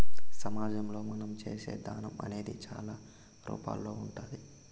సమాజంలో మనం చేసే దానం అనేది చాలా రూపాల్లో ఉంటాది